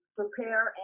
prepare